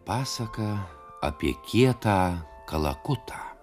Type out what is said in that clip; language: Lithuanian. pasaka apie kietą kalakutą